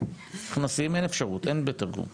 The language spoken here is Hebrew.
אין אפשרות אין תרגום.